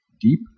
Deep